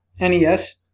NES